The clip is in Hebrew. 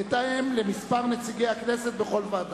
בהתאם למספר נציגי הכנסת בכל ועדה.